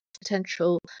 potential